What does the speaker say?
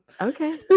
okay